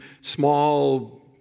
small